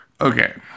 Okay